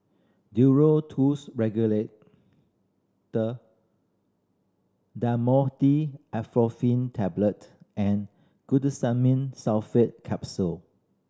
Duro Tuss Regular Dhamotil Atropine Tablet and Glucosamine Sulfate Capsule